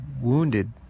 wounded